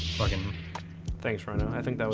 fucking thanks for now. i think that